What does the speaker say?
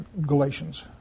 Galatians